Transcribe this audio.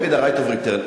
נגד ה-right of return,